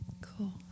Cool